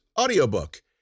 audiobook